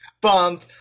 Bump